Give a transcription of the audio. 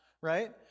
right